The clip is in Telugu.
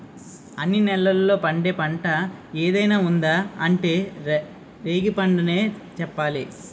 అన్ని నేలల్లో పండే పంట ఏదైనా ఉందా అంటే రేగిపండనే చెప్పాలి